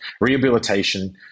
rehabilitation